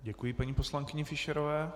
Děkuji paní poslankyni Fischerové.